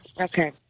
Okay